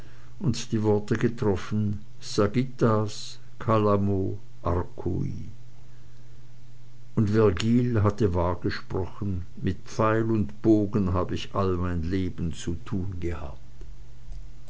und die worte getroffen sagittas calamo arcui und virgilius hatte wahr gesprochen mit pfeil und bogen hab ich all mein lebtag zu tun gehabt